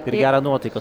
ir gerą nuotaiką